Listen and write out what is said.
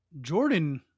Jordan